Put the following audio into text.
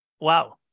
Wow